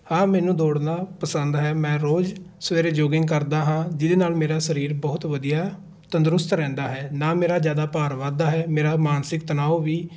ਹਾਂ ਮੈਨੂੰ ਦੋੜਨਾ ਪਸੰਦ ਹੈ ਮੈਂ ਰੋਜ਼ ਸਵੇਰੇ ਜੋਗਿੰਗ ਕਰਦਾ ਹਾਂ ਜਿਹਦੇ ਨਾਲ ਮੇਰਾ ਸਰੀਰ ਬਹੁਤ ਵਧੀਆ ਤੰਦਰੁਸਤ ਰਹਿੰਦਾ ਹੈ ਨਾ ਮੇਰਾ ਜ਼ਿਆਦਾ ਭਾਰ ਵੱਧਦਾ ਹੈ ਮੇਰਾ ਮਾਨਸਿਕ ਤਨਾਓ ਵੀ